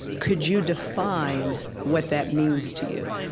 could you define what that means to you?